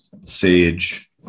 sage